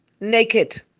naked